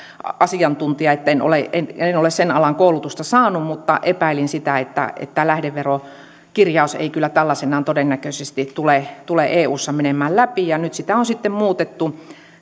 asiantuntija että en en ole sen alan koulutusta saanut mutta epäilin sitä että lähdeverokirjaus ei kyllä tällaisenaan todennäköisesti tule tule eussa menemään läpi ja nyt sitä on sitten muutettu